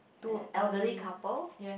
an elderly couple